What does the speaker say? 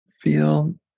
feel